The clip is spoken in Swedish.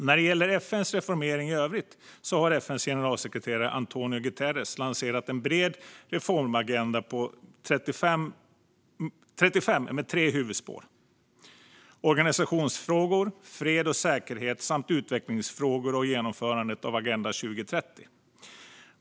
När det gäller FN:s reformering i övrigt har FN:s generalsekreterare António Guterres lanserat en bred reformagenda med tre huvudspår: organisationsfrågor, fred och säkerhet samt utvecklingsfrågor och genomförandet av Agenda 2030.